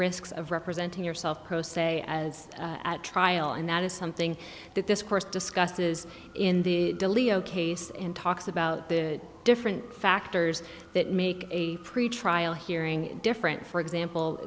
risks of representing yourself pro se as at trial and that is something that this course discusses in the dileo case and talks about the different factors that make a pretrial hearing different for example